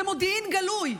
זה מודיעין גלוי.